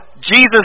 Jesus